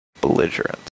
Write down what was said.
belligerent